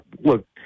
look